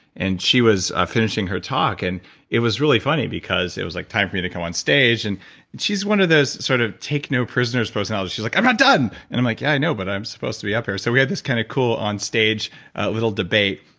and she was finishing her talk, and it was really funny because it was like time for me to come onstage, and she's one of those sort of take no prisoners personalities, she's like, i'm not done. and i'm like, yeah, i know, but i'm supposed to be up here. so we had this kind of cool onstage little debate,